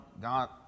God